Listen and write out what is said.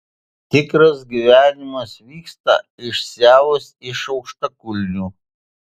tikras gyvenimas vyksta išsiavus iš aukštakulnių